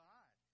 God